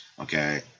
Okay